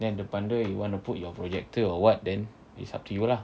then depan dia you want to put your projector or [what] then it's up to you lah